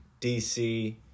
DC